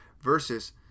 versus